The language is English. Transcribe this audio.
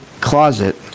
closet